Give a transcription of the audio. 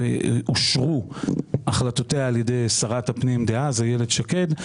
אושרו החלטותיה על ידי שרת הפנים דאז איילת שקד,